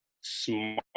Smart